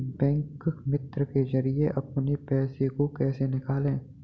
Bank मित्र के जरिए अपने पैसे को कैसे निकालें?